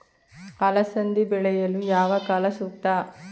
ಅಲಸಂದಿ ಬೆಳೆಯಲು ಯಾವ ಕಾಲ ಸೂಕ್ತ?